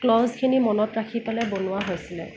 ক্ল'জখিনি মনত ৰাখি পেলাই বনোৱা হৈছিলে